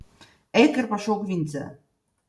eik ir pašauk vincę